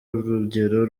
urugero